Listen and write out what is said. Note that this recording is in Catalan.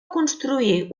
construir